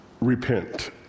repent